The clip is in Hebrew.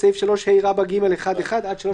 בסעיף 3ה(ג1)(1) עד (3) לצו בידוד בית.